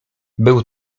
był